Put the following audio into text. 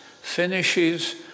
finishes